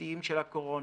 התוספתיים של הקורונה.